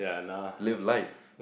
live life